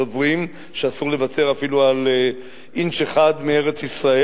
סוברים שאסור לוותר אפילו על אינץ' אחד מארץ-ישראל,